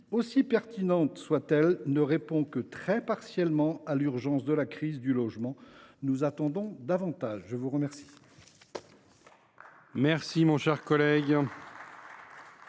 aussi pertinente soit elle, ne répond que très partiellement à l’urgence de la crise du logement. Nous attendons davantage ! La parole